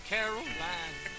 Caroline